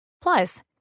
Plus